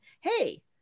Hey